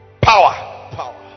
power